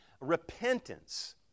repentance